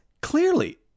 clearly